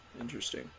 Interesting